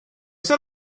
set